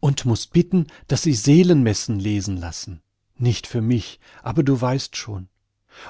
und mußt bitten daß sie seelenmessen lesen lassen nicht für mich aber du weißt schon